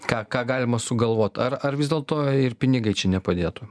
ką ką galima sugalvot ar ar vis dėlto ir pinigai čia nepadėtų